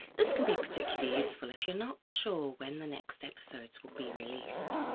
this can be particularly useful if you're not sure when the next episodes will be released.